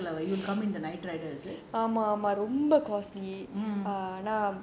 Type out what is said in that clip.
you come in the night rider is it